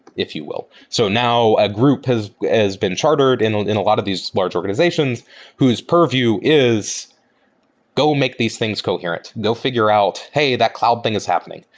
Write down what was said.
if you will. so now the ah group has has been chartered and in a lot of these large organizations whose purview is go make these things coherent. they'll figure out, hey, that cloud thing is happening.